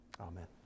Amen